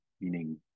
meaning